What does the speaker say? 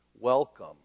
welcome